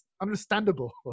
understandable